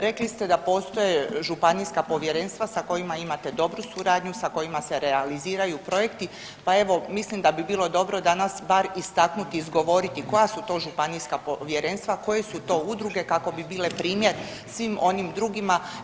Rekli ste da postoje županijska povjerenstva sa kojima imate dobru suradnju, sa kojima se realiziraju projekti pa evo mislim da bi bilo dobro danas bar istaknuti, izgovoriti koja su to županijska povjerenstva, koje su to udruge kako bi bile primjer svim onim drugima.